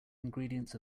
ingredients